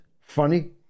funny